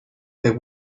the